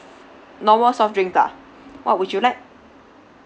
normal soft drinks lah what would you like